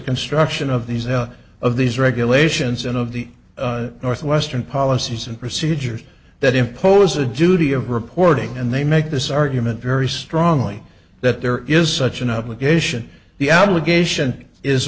construction of these out of these regulations and of the northwestern policies and procedures that impose a duty of reporting and they make this argument very strongly that there is such an obligation the allegation is